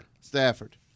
Stafford